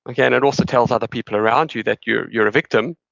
okay? and it also tells other people around you that you're you're a victim,